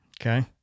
Okay